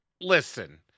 Listen